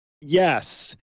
Yes